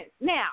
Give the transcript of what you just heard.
Now